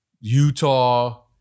Utah